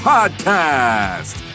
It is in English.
Podcast